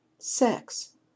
sex